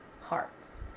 hearts